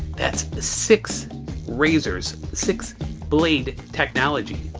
that's six razors, six blade technology.